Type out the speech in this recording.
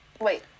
wait